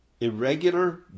Irregular